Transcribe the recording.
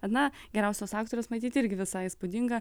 ana geriausios aktorės matyt irgi visai įspūdinga